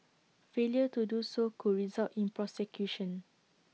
failure to do so could result in prosecution